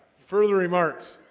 further remarks